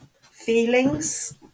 feelings